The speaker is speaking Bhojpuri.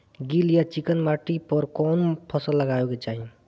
गील या चिकन माटी पर कउन फसल लगावे के चाही?